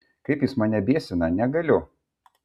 kaip jis mane biesina negaliu